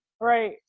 Right